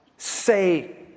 say